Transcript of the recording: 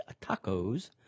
tacos